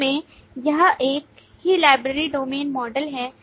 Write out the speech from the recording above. अंत में यह एक ही लाइब्रेरी डोमेन मॉडल है